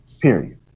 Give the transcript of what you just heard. Period